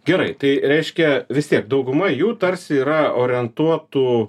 gerai tai reiškia vis tiek dauguma jų tarsi yra orientuotų